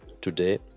today